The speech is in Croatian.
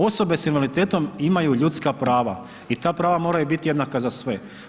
Osobe s invaliditetom imaju ljudska prava i ta prava moraju biti jednaka za sve.